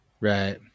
right